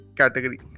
category